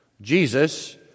Jesus